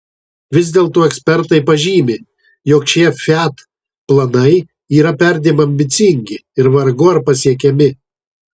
vis dėlto ekspertai pažymi jog šie fiat planai yra perdėm ambicingi ir vargu ar pasiekiami